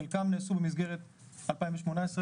חלקם נעשו במסגרת 2018,